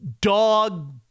dog